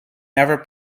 never